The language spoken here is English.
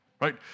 right